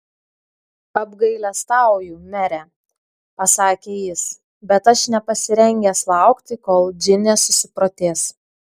apgailestauju mere pasakė jis bet aš nepasirengęs laukti kol džinė susiprotės